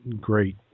great